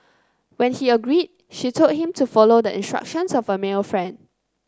when he agreed she told him to follow the instructions of a male friend